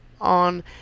on